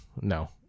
no